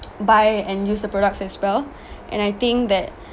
buy and use the products as well and I think that